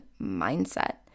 mindset